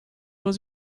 was